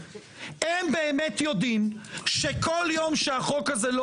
הם באמת יודעים שכל יום שהחוק הזה לא